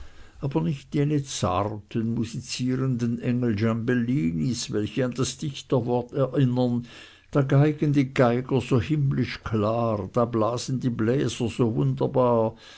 aber nicht jene zarten musizierenden engel giambellinis welche an das dichterwort erinnern da geigen die geiger so himmlisch klar da blasen die bläser so wunderbar